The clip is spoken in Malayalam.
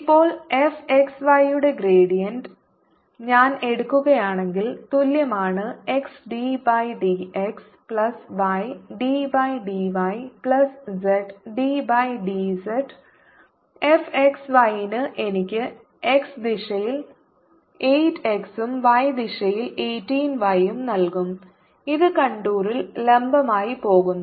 ഇപ്പോൾ f x y യുടെ ഗ്രേഡിയന്റ് ഞാൻ എടുക്കുകയാണെങ്കിൽ തുല്യമാണ് x d by d x plus y d by d y plus z d by d z f x y ന് എനിക്ക് x ദിശയിൽ 8 x ഉം y ദിശയിൽ 18 y ഉം നൽകും ഇത് കോണ്ടൂർ ൽ ലംബമായി പോകുന്നു